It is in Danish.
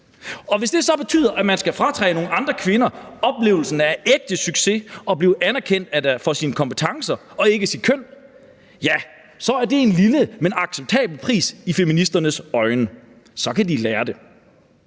Og hvis det så betyder, at man skal fratage nogle andre kvinder oplevelsen af ægte succes og at blive anerkendt for deres kompetencer og ikke deres køn, er det en lille, men acceptabel pris i feministernes øjne – så kan de lære det!